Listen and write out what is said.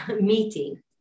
meeting